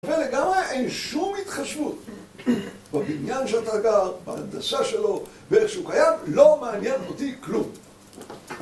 ולגמרי אין שום התחשבות בבניין שאתה גר, בהנדסה שלו, באיך שהוא קיים, לא מעניין אותי כלום